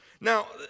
Now